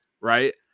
right